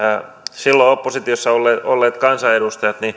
silloin oppositiossa olleet olleet kansanedustajat